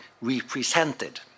represented